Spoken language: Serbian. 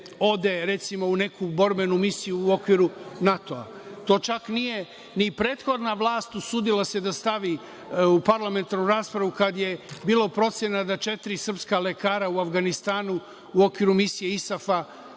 ode, recimo, u neku borbenu misiju u okviru NATO-a. To se čak i prethodna vlast nije usudila se da stavi u parlamentarnu raspravu kad je bila procena da četiri srpska lekara u Avganistanu u okviru Misije